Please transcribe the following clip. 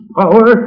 power